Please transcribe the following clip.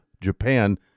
Japan